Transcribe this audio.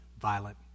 violent